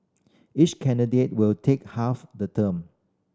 each candidate will take half the term